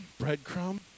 breadcrumb